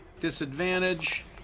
Disadvantage